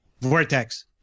Vortex